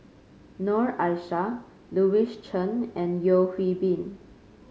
Noor Aishah Louis Chen and Yeo Hwee Bin